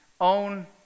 own